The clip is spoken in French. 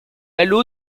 halo